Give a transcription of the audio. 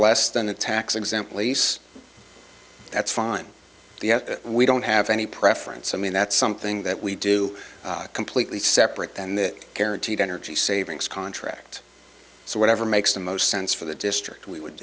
less than the tax exempt lease that's fine we don't have any preference i mean that's something that we do completely separate them the guaranteed energy savings contract so whatever makes the most sense for the district we would